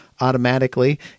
automatically